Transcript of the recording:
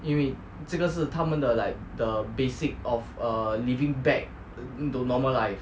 因为这个是他们的 like the basic of err living back to normal life